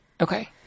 Okay